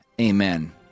amen